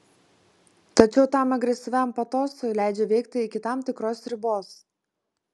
tačiau tam agresyviam patosui leidžia veikti iki tam tikros ribos